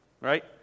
right